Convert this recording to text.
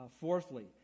Fourthly